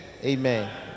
Amen